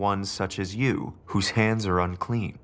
one such as you whose hands are unclean